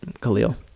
Khalil